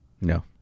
No